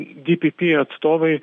di pi pi atstovai